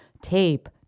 tape